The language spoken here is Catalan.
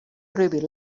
prohibit